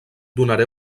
donaré